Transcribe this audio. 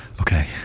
Okay